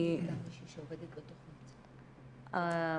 האם